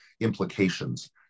implications